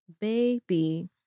Baby